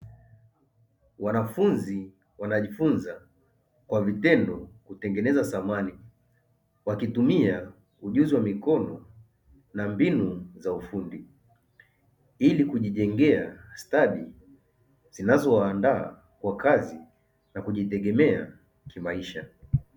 Wanafunzi wanajifunza kwa vitendo kutengeneza samani wakitumia ujuzi wa mikono na mbinu za ufundi, ili kujijengea stadi zinazowaandaa kwa kazi na kujitegemea kimaisha.